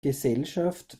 gesellschaft